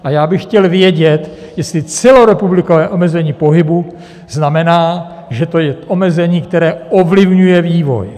A já bych chtěl vědět, jestli celorepublikové omezení pohybu znamená, že to je omezení, které ovlivňuje vývoj.